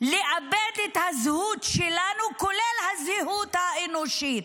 לאבד את הזהות שלנו, כולל הזהות האנושית.